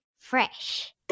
Fresh